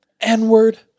N-word